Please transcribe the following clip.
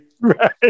right